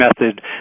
method